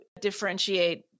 differentiate